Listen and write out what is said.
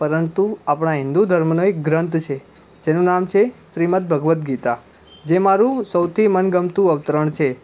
પરંતુ આપણા હિન્દુ ધર્મનો એક ગ્રંથ છે જેનું નામ છે શ્રીમદ્ ભગવદ્ ગીતા જે મારું સૌથી મનગમતું અવતરણ છે